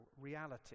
reality